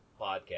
podcast